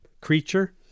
creature